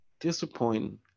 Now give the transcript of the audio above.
Disappointing